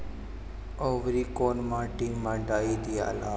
औवरी कौन माटी मे डाई दियाला?